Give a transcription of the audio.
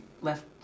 left